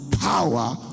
power